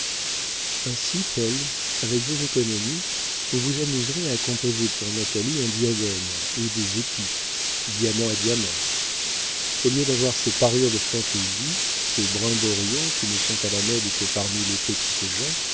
ainsi paul avec vos économies vous vous amuserez à composer pour natalie un diadème ou des épis diamant à diamant au lieu d'avoir ces parures de fantaisie ces brimborions qui ne sont à la mode que parmi les petites gens